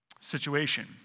situation